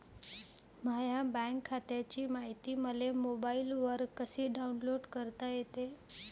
माह्या बँक खात्याची मायती मले मोबाईलवर कसी डाऊनलोड करता येते?